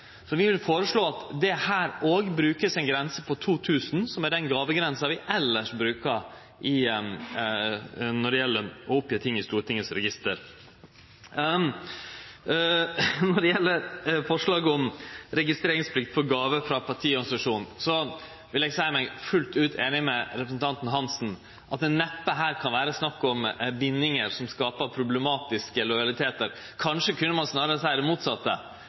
Så vi vil føreslå at det òg her vert brukt ei grense på 2 000 kr, som er den gåvegrensa vi elles brukar når det gjeld å gje opp ting i Stortingets register. Når det gjeld spørsmålet om registreringsplikt for gåver frå partiorganisasjonen, vil eg seie meg fullt ut einig med representanten Hansen. Det kan neppe vere snakk om bindingar som skaper problematiske lojalitetar – kanskje kunne ein snarare seie det motsette,